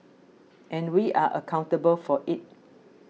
and we are accountable for it